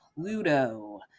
Pluto